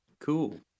cool